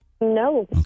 No